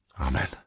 Amen